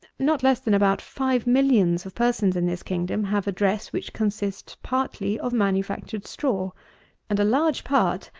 not less than about five millions of persons in this kingdom have a dress which consists partly of manufactured straw and a large part,